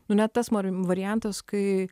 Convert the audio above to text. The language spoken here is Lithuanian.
nu ne tas variantas kai